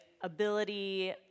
ability